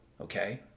okay